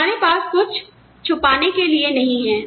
हमारे पास कुछ छुपाने के लिए नहीं है